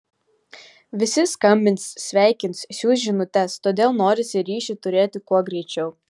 visi skambins sveikins siųs žinutes todėl norisi ryšį turėti kuo greičiau